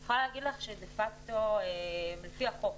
אני יכולה להגיד לך שדה-פקטו לפיה החוק